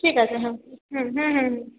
ঠিক আছে হ্যাঁ হুম হুম হুম হুম